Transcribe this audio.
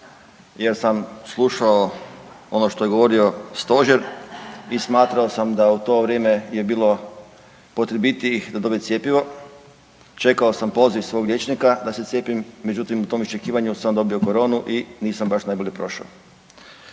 jer sam slušao ono što je govorio stožer i smatrao sam da u to vrijeme je bilo potrebitijih da dobe cjepivo. Čekao sam poziv svog liječnika da se cijepim, međutim u tom iščekivanju sam dobio koronu i nisam baš najbolje prošao.